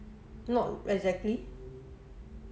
not exactly